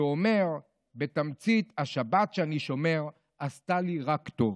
שאומר בתמצית: השבת שאני שומר עשתה לי רק טוב.